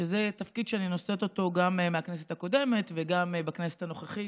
שזה תפקיד שאני נושאת אותו מהכנסת הקודמת וגם בכנסת הנוכחית